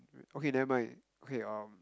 okay never mind okay um